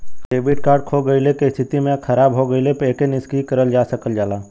debit card खो गइले क स्थिति में या खराब हो गइले पर एके निष्क्रिय करल जा सकल जाला